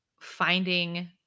finding